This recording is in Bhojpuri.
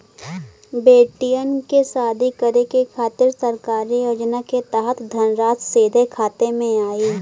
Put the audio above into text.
बेटियन के शादी करे के खातिर सरकारी योजना के तहत धनराशि सीधे खाता मे आई?